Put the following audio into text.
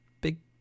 big